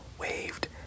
waved